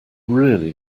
really